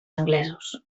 anglesos